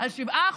על 7%,